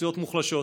אוכלוסיות מוחלשות.